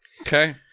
Okay